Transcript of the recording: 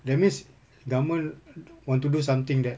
that means government want to do something that